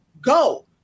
Go